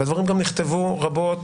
והדברים גם נכתבו רבות